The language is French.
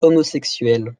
homosexuel